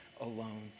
alone